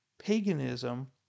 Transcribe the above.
paganism